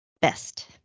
best